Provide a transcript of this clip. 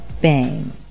Bang